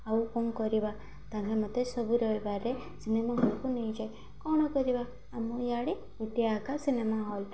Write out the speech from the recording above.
ଆଉ କ'ଣ କରିବା ତାହା ମୋତେ ସବୁ ରବିବାରରେ ସିନେମା ହଲ୍କୁ ନେଇଯାଏ କ'ଣ କରିବା ଆମ ଇଆଡ଼େ ଗୋଟିଏ ଆକା ସିନେମା ହଲ୍